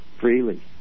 freely